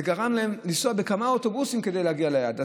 זה גרם לנסיעה בכמה אוטובוסים כדי להגיע ליעד.